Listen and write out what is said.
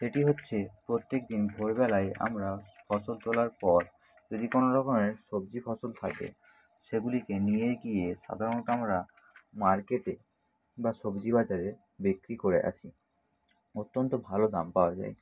সেটি হচ্ছে প্রত্যেকদিন ভোরবেলায় আমরা ফসল তোলার পর যদি কোনো রকমের সবজি ফসল থাকে সেগুলিকে নিয়ে গিয়ে সাধারণত আমরা মার্কেটে বা সবজি বাজারে বিক্রি করে আসি অত্যন্ত ভালো দাম পাওয়া যায়